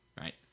right